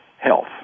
health